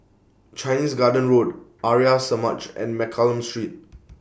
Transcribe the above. Chinese Garden Road Arya Samaj and Mccallum Street